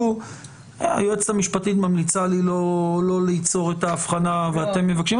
היועצת המשפטית ממליצה לי לא ליצור את ההבחנה ואתם מבקשים,